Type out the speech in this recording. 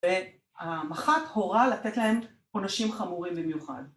והמח"ט הורה לתת להם עונשים חמורים במיוחד